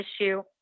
issue